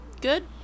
good